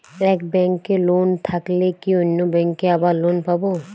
এক ব্যাঙ্কে লোন থাকলে কি অন্য ব্যাঙ্কে আবার লোন পাব?